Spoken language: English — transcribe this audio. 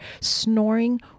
snoring